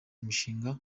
imishinga